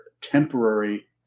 temporary